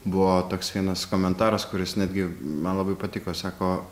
buvo toks vienas komentaras kuris netgi man labai patiko sako